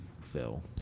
phil